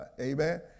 Amen